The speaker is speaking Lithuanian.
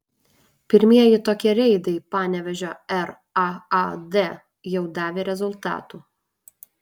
pirmieji tokie reidai panevėžio raad jau davė rezultatų